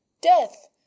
Death